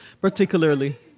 particularly